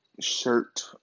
shirt